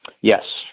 Yes